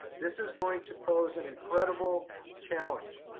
this is going to pose an incredible challenge.